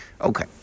Okay